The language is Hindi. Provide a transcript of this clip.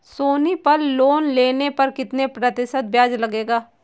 सोनी पल लोन लेने पर कितने प्रतिशत ब्याज लगेगा?